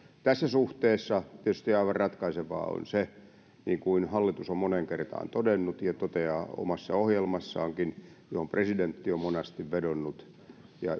tässä suhteessa tietysti aivan ratkaisevaa on se niin kuin hallitus on moneen kertaan todennut ja toteaa omassa ohjelmassaankin ja johon presidentti on monasti vedonnut